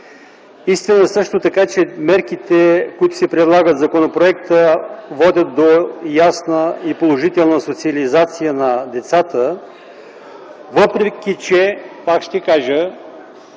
Истина е също така, че мерките, които се прилагат в законопроекта водят до ясна и положителна социализация на децата, въпреки че, пак ще кажа,